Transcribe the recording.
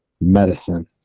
medicine